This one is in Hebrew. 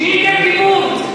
שיניתם כיוון?